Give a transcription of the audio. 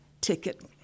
ticket